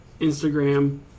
Instagram